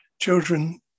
children